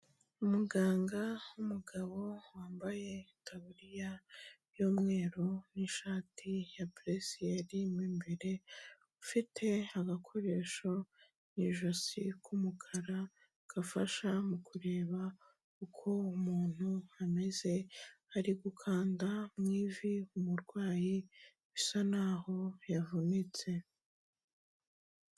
Umuganga w'umugabo wambaye itaburiya y'umweru n'ishati ya buresiyeri mo imbere, ufite agakoresho mu ijosi k'umukara gafasha mu kureba uko umuntu ameze, ari gukanda mu ivi umurwayi bisa naho yavunitse.